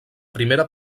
primera